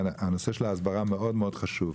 הנושא של ההסברה מאוד מאוד חשוב.